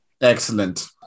Excellent